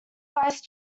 vice